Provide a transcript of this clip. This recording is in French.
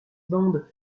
bandes